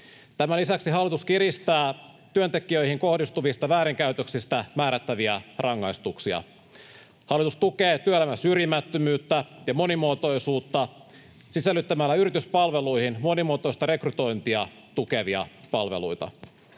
Tämän lisäksi hallitus kiristää työntekijöihin kohdistuvista väärinkäytöksistä määrättäviä rangaistuksia. Hallitus tukee työelämän syrjimättömyyttä ja monimuotoisuutta sisällyttämällä yrityspalveluihin monimuotoista rekrytointia tukevia palveluita.